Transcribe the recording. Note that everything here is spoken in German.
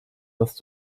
dass